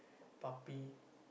puppy